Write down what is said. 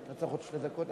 אתה צריך עוד שתי דקות?